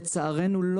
לצערנו,